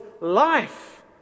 life